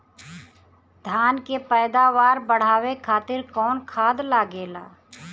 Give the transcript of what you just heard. धान के पैदावार बढ़ावे खातिर कौन खाद लागेला?